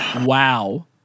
Wow